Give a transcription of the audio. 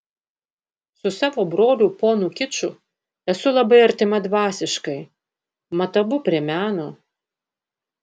su savo broliu ponu kiču esu labai artima dvasiškai mat abu prie meno